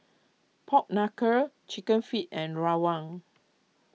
Pork Knuckle Chicken Feet and Rawon